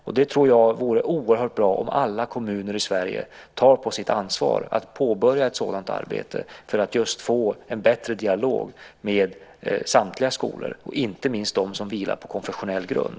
Jag tror att det vore oerhört bra om alla kommuner i Sverige tog på sitt ansvar att påbörja ett sådant arbete för att just få en bättre dialog med samtliga skolor, inte minst de som vilar på konfessionell grund.